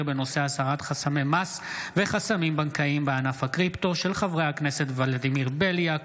בהצעתם של חברי הכנסת ולדימיר בליאק,